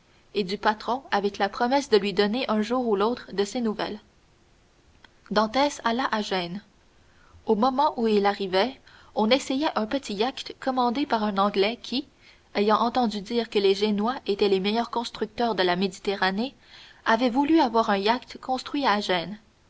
et du patron avec la promesse de lui donner un jour ou l'autre de ses nouvelles dantès alla à gênes au moment où il arrivait on essayait un petit yacht commandé par un anglais qui ayant entendu dire que les génois étaient les meilleurs constructeurs de la méditerranée avait voulu avoir un yacht construit à gênes